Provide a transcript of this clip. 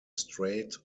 straight